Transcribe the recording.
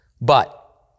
But